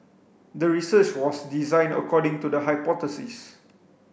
the research was designed according to the hypothesis